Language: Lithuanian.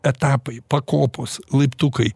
etapai pakopos laiptukai